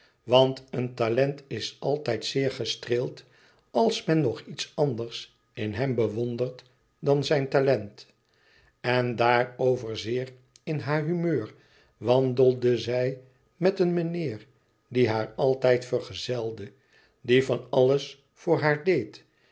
want een talent is altijd zeer gestreeld als men nog iets anders in hem bewondert dàn zijn talent en daarover zeer in haar humeur wandelde zij met een meneer die haar altijd vergezelde die van alles voor haar deed